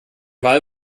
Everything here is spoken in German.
wahl